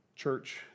church